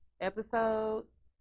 episodes